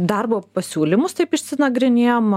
darbo pasiūlymus taip išsinagrinėjom